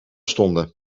stonden